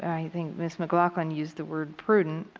i think ms. mclaughlin used the word prudent,